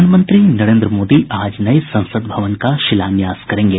प्रधानमंत्री नरेन्द्र मोदी आज नए संसद भवन का शिलान्यास करेंगे